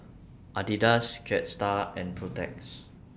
Adidas Jetstar and Protex